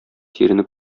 тирене